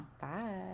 Bye